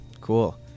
Cool